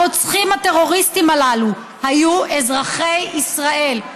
הרוצחים הטרוריסטים הללו היו אזרחי ישראל.